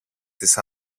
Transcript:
της